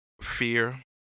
fear